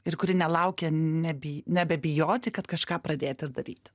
ir kuri nelaukia nebi nebebijoti kad kažką pradėti daryti